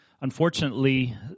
unfortunately